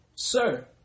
Sir